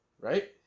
right